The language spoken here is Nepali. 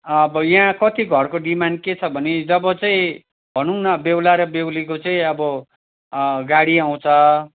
अब यहाँ कति घरको डिमान्ड के छ भने जब चाहिँ भनौँ न बेहुला र बेहुलीको चाहिँ अब गाडी आउँछ